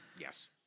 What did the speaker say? Yes